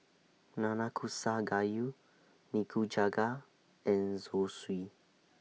Nanakusa Gayu Nikujaga and Zosui